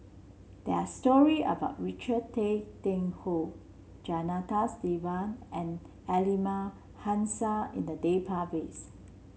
there are story about Richard Tay Tian Hoe Janadas Devan and Aliman Hassan in the database